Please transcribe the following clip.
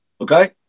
Okay